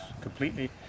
completely